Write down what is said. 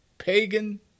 pagan